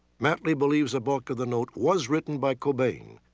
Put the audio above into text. matley believes the bulk of the note was written by cobain,